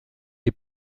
est